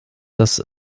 das